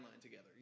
together